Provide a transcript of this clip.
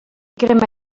crema